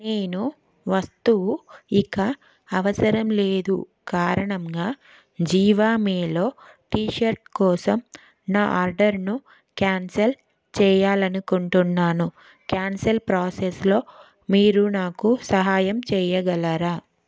నేను వస్తువు ఇక అవసరం లేదు కారణంగా జివామేలో టీ షర్ట్ కోసం నా ఆర్డర్ను క్యాన్సిల్ చేయాలి అనుకుంటున్నాను క్యాన్సిల్ ప్రోసెస్లో మీరు నాకు సహాయం చేయగలరా